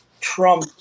Trump